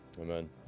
Amen